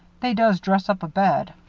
they does dress up a bed.